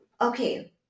Okay